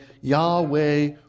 Yahweh